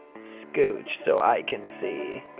scooch so i can see.